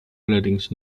allerdings